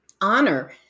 honor